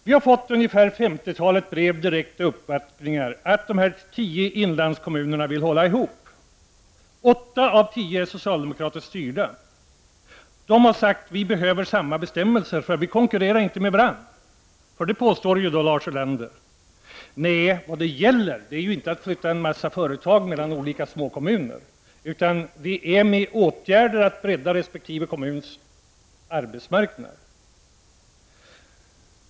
Vi har fått ungefär femtiotalet brev och uppvaktningar om att dessa tio inlandskommuner vill hålla ihop. Åtta av tio är socialdemokratiskt styrda. De har sagt: Vi behöver samma bestämmelser, för vi konkurrerar inte med varandra. Det påstår ju Lars Ulander att de gör. Nej, vad det gäller är inte att flytta en massa företag mellan olika små kommuner. Det handlar om åtgärder för att bredda resp. kommuns arbetsmarknad.